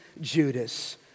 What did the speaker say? Judas